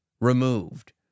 removed